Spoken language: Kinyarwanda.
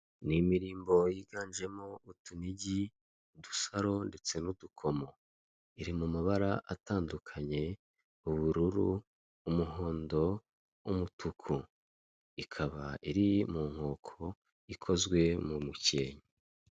Ni imirimbo yiganjemo utunigi, udusaro ndetse n'udukomo. Iri mu mabara atandukanye; ubururu, umuhondo, umutuku. Ikaba iri mu nkoko ikozwe mu mukenke.